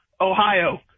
Ohio